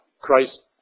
Christ